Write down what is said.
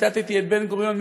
ציטטתי את בן-גוריון,